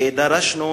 דרשנו,